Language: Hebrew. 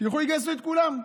שילכו ויגייסו את כולם.